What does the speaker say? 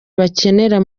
bakeneye